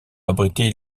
abriter